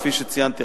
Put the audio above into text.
כפי שציינתי,